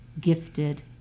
gifted